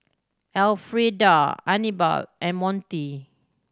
Elfrieda Anibal and Monty